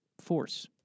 force